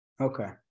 okay